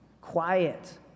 quiet